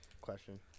question